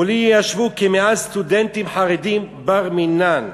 מולי ישבו כ-100 סטודנטים חרדים", בר-מינן,